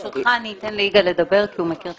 ברשותך, אני אתן ליגאל לדבר כי הוא מכיר את